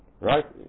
Right